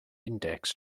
index